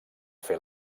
fer